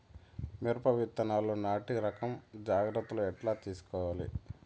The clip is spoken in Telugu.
మిరప విత్తనాలు నాటి రకం జాగ్రత్తలు ఎట్లా తీసుకోవాలి?